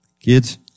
Kids